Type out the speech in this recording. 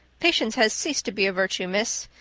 patience has ceased to be a virtue, miss.